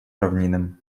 равнинам